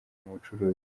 bucuruzi